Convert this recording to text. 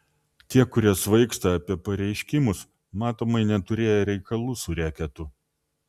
tie kurie svaigsta apie pareiškimus matomai neturėję reikalų su reketu